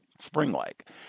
spring-like